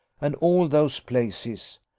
and all those places.